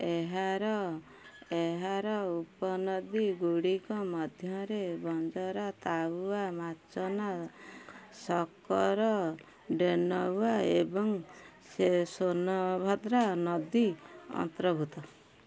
ଏହାର ଏହାର ଉପନଦୀଗୁଡ଼ିକ ମଧ୍ୟରେ ବଞ୍ଜରା ତାୱା ମାଚନା ଶକ୍କର ଡେନୱା ଏବଂ ସେ ସୋନଭଦ୍ରା ନଦୀ ଅନ୍ତର୍ଭୁକ୍ତ